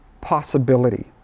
possibility